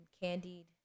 candied